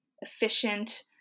efficient